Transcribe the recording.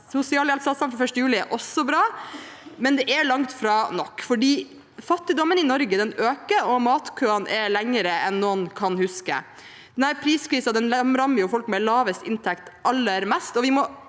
sosialhjelpssatsene fra 1. juli, er også bra. Det er likevel langt fra nok, for fattigdommen i Norge øker, og matkøene er lengre enn noen kan huske. Denne priskrisen rammer folk med lavest inntekt aller mest.